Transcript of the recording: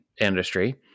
industry